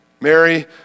Mary